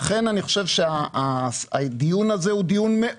לכן אני חושב שהדיון הזה חשוב מאוד.